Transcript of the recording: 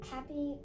Happy